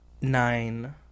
nine